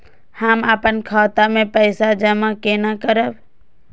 हम अपन खाता मे पैसा जमा केना करब?